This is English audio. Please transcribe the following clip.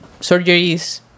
surgeries